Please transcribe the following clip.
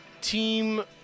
Team